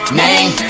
name